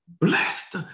blessed